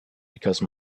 because